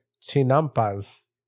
chinampas